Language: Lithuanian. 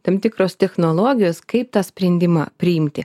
tam tikros technologijos kaip tą sprendimą priimti